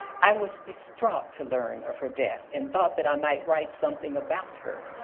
i was distraught to learn of her death and thought that i might write something about her.